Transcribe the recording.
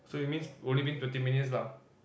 so it means we've only been twenty minutes lah